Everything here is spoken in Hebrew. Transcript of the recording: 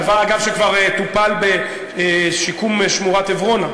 זה דבר, אגב, שכבר טופל בשיקום שמורת עברונה.